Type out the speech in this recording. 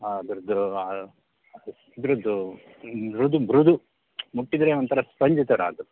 ಅದರದ್ದು ಇದರದ್ದು ಮೃದು ಮೃದು ಮುಟ್ಟಿದರೆ ಒಂಥರ ಸ್ಪಂಜ್ ಥರ ಅದು